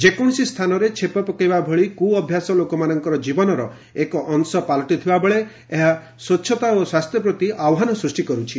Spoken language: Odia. ଯେକୌଣସି ସ୍ଥାନରେ ଛେପ ପକାଇବା ଭଳି କୁ ଅଭ୍ୟାସ ଲୋକମାନଙ୍କର ଜୀବନର ଏକ ଅଂଶ ପାଲଟିଥିବାବେଳେ ଏହା ସ୍ୱଚ୍ଚତା ଓ ସ୍ୱାସ୍ଥ୍ୟ ପ୍ରତି ଆହ୍ୱାନ ସୃଷ୍ଟି କରୁଛି